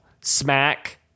Smack